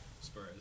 Spurs